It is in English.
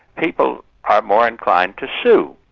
people are more inclined to sue.